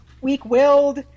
weak-willed